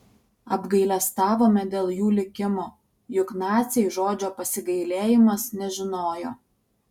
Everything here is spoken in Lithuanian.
apgailestavome dėl jų likimo juk naciai žodžio pasigailėjimas nežinojo